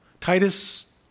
Titus